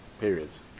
periods